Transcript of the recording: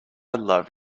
love